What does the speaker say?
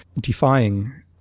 defying